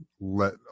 let